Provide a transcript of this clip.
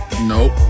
Nope